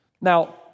Now